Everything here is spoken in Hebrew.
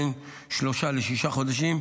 בין שלושה לשישה חודשים,